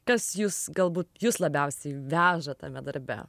kas jus galbūt jus labiausiai veža tame darbe